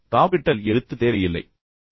எனவே காபிட்டல் எழுத்து தேவையில்லை